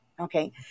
Okay